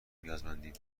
نیازمندیم